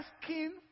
asking